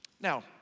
Now